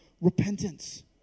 repentance